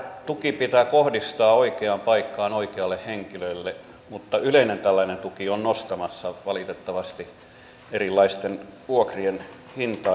tuki pitää kohdistaa oikeaan paikkaan oikealle henkilölle mutta yleinen tällainen tuki on nostamassa valitettavasti erilaisten vuokrien hintaa